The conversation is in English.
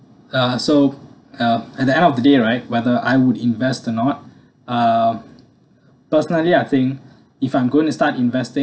uh so uh at the end of the day right whether I would invest or not uh personally I think if I'm going to start investing